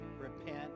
repent